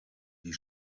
die